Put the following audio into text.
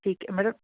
ਠੀਕ ਹੈ